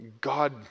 God